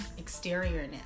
exteriorness